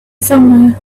somewhere